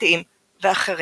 חברתיים ואחרים.